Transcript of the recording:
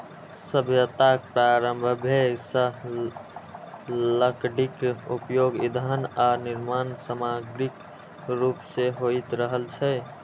सभ्यताक प्रारंभे सं लकड़ीक उपयोग ईंधन आ निर्माण समाग्रीक रूप मे होइत रहल छै